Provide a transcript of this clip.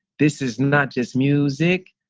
this is not just music.